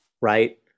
right